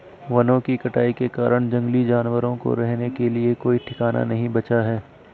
वनों की कटाई के कारण जंगली जानवरों को रहने के लिए कोई ठिकाना नहीं बचा है